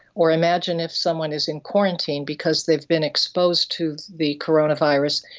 or imagine if someone is in quarantine because they've been exposed to the coronavirus,